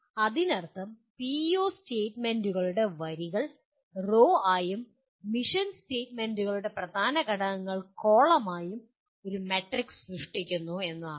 അതിനർത്ഥം നിങ്ങൾ പിഇഒ സ്റ്റേറ്റ്മെന്റുകളുള്ള വരികൾ റോ ആയും മിഷൻ സ്റ്റേറ്റ്മെന്റുകളുടെ പ്രധാന ഘടകങ്ങൾ കോളം ആയും ഒരു മാട്രിക്സ് സൃഷ്ടിക്കുന്നു എന്നാണ്